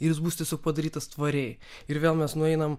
jis bus tiesiog padarytas tvariai ir vėl mes nueinam